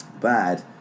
bad